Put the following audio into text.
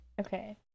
Okay